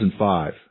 2005